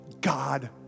God